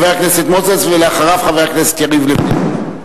חבר הכנסת מוזס, ואחריו, חבר הכנסת יריב לוין.